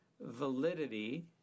validity